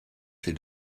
ces